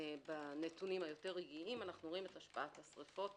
בנתונים היותר רגעיים את השפעת השריפות